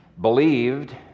believed